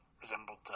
resembled